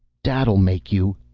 dad'll make you.